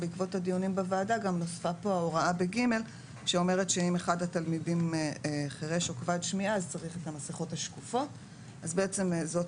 הנוספת היא לגבי התקהלות, ששוב שואבת